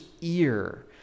ear